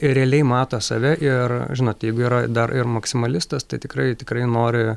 realiai mato save ir žinot jeigu yra dar ir maksimalistas tai tikrai tikrai nori